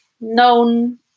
known